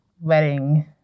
wedding